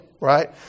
Right